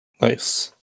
Nice